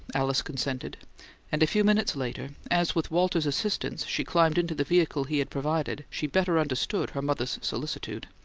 alice consented and a few minutes later, as with walter's assistance she climbed into the vehicle he had provided, she better understood her mother's solicitude.